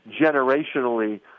generationally